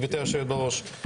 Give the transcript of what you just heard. גברתי היושבת בראש.